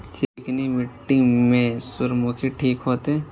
चिकनी मिट्टी में सूर्यमुखी ठीक होते?